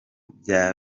bya